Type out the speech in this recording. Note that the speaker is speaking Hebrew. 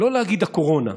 לא להגיד "הקורונה"